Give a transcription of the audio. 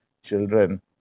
children